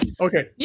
okay